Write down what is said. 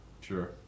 Sure